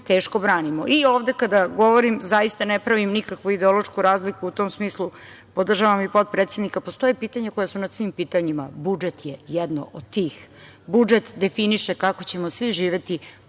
teško branimo. Ovde kada govorim zaista ne pravim nikakvu ideološku razliku. U tom smislu, podržavam i potpredsednika, postoje pitanja koja su nad svim pitanjima, budžet je jedno od tih. Budžet definiše kako ćemo svi živeti,